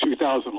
2000